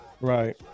Right